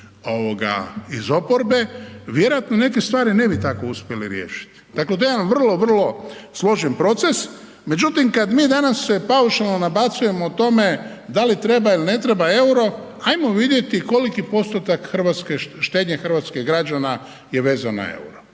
iz oporbe vjerojatno neke stvari ne bi uspjeli tako riješiti. Tako da je jedan vrlo, vrlo složen proces. Međutim, kad mi danas se paušalno nabacujemo o tome da li treba ili ne treba EUR-o ajmo vidjeti koliki postotak štednje hrvatskih građana je vezan na EUR-o.